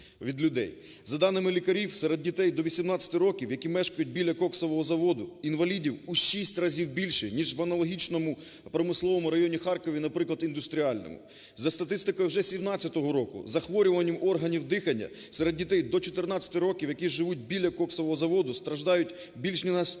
За даними лікарів серед дітей до 18 років, які мешкають біля коксового заводу, інвалідів у шість разів більше ніж в аналогічному промисловому районі Харкова, наприклад, Індустріальному. За статисткою вже 17-го року з захворюванням органів дихання серед дітей до 14 років, які живуть біля коксового заводу, страждають більш ніж на 3